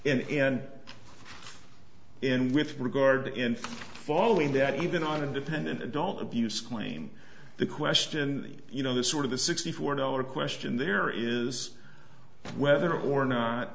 and with regard to any following that even on independent adult abuse claim the question you know the sort of the sixty four dollar question there is whether or not